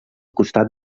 costat